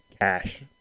cash